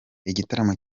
igitaramo